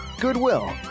Goodwill